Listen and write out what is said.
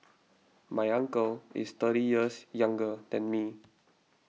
my uncle is thirty years younger than me